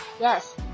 yes